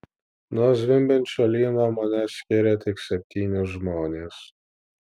nuo zvimbiančio lyno mane skiria tik septyni žmonės